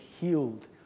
healed